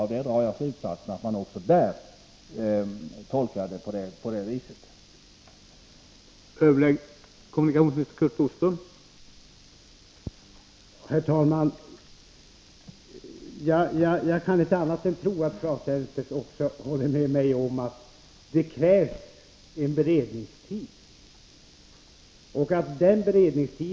Av det drar jag slutsatsen att de tolkar riksdagsbeslutet på samma vis som vi.